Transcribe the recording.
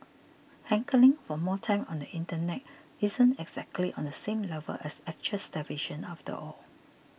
hankering for more time on the internet isn't exactly on the same level as actual starvation after all